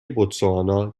بوتسوانا